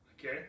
Okay